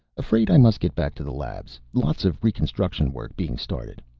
afraid i must get back to the labs. lots of reconstruction work being started.